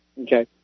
Okay